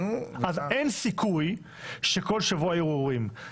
אז אין סיכוי שכל שבוע היו ערעורים.